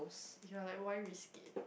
which are like why risk it